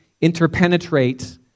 interpenetrate